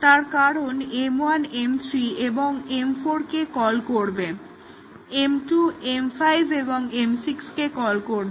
তার কারণ M1 M3 এবং M4 কে কল করবে M2 M5 এবং M6 কে কল করবে